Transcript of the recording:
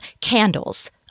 Candles